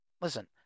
listen